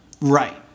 right